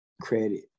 credit